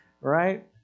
Right